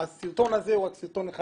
הסרטון הזה הוא סרטון אחד,